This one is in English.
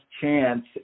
chance